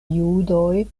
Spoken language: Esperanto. judoj